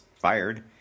fired